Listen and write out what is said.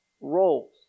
roles